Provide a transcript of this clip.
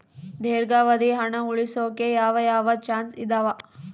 ದೇರ್ಘಾವಧಿ ಹಣ ಉಳಿಸೋಕೆ ಯಾವ ಯಾವ ಚಾಯ್ಸ್ ಇದಾವ?